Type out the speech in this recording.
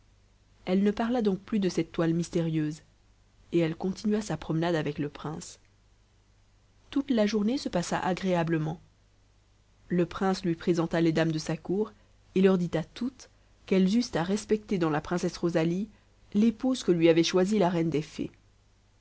elle ne parla donc plus de cette toile mystérieuse et elle continua sa promenade avec le prince toute la journée se passa agréablement le prince lui présenta les dames de sa cour et leur dit à toutes qu'elles eussent à respecter dans la princesse rosalie l'épouse que lui avait choisie la reine des fées